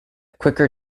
quicker